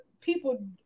people